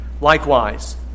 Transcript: Likewise